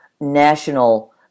national